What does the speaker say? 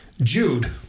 Jude